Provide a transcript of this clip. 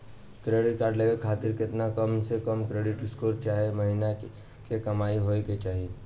Credit card लेवे खातिर केतना कम से कम क्रेडिट स्कोर चाहे महीना के कमाई होए के चाही?